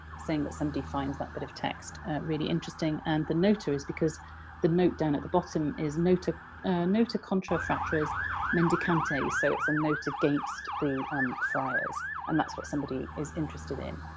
saying that somebody finds that bit of text really interesting. and the nota is because the note down at the bottom is nota nota contra fratres mendicantes. so, it's a note against the um friars, and that's what somebody is interested in.